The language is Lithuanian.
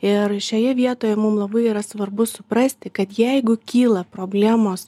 ir šioje vietoje mum labai yra svarbu suprasti kad jeigu kyla problemos